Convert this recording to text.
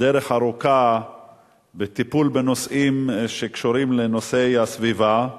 דרך ארוכה בטיפול בנושאים שקשורים לנושא הסביבה.